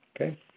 okay